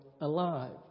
alive